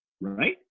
right